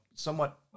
somewhat